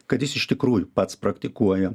kad jis iš tikrųjų pats praktikuoja